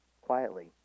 quietly